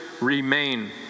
remain